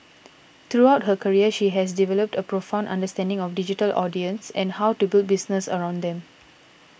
throughout her career she has developed a profound understanding of digital audiences and how to build businesses around them